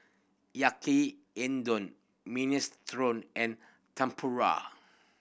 Yaki Minestrone and Tempura